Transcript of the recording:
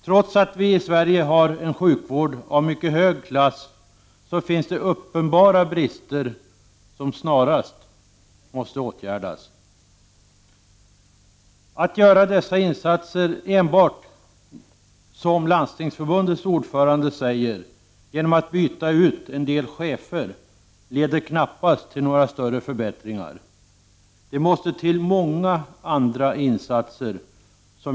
Trots att vi i Sverige har en sjukvård som är av mycket hög klass finns det uppenbara brister som snarast måste åtgärdas. Att då göra insatser som enbart, som Landstingsförbundets ordförande säger, består i att man byter ut en del chefer leder knappast till några större förbättringar. Det måste till många andra insatser.